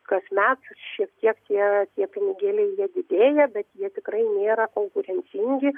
kasmet šiek tiek tie pinigėliai jie didėja bet jie tikrai nėra konkurencingi